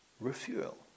Refuel